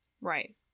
Right